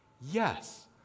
Yes